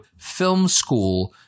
FILMSCHOOL